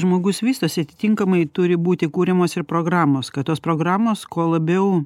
žmogus vystosi atitinkamai turi būti kuriamos ir programos kad tos programos kuo labiau